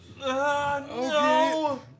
No